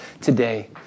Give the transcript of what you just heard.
today